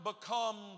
become